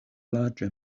larĝe